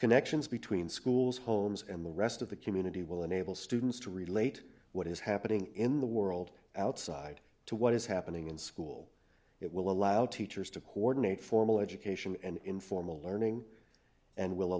connections between schools homes and the rest of the community will enable students to relate what is happening in the world outside to what is happening in school it will allow teachers to coordinate formal education and informal learning and will